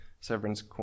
severance